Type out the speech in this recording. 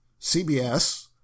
CBS